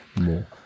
more